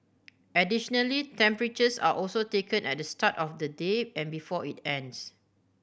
additionally temperatures are also taken at the start of the day and before it ends